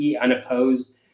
unopposed